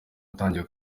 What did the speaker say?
ntangiye